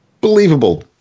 believable